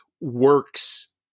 works